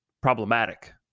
problematic